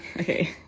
Okay